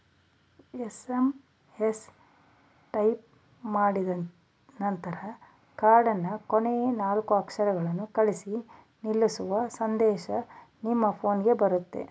SMS type ಮಾಡಿದನಂತರ ಕಾರ್ಡಿನ ಕೊನೆಯ ನಾಲ್ಕು ಅಕ್ಷರಗಳನ್ನು ಕಳಿಸಿ ನಿಲ್ಲಿಸುವ ಸಂದೇಶ ನಿಮ್ಮ ಫೋನ್ಗೆ ಬರುತ್ತೆ